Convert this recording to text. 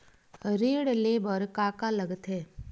ऋण ले बर का का लगथे?